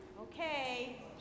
Okay